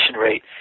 rate